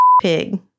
pig